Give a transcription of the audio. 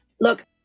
look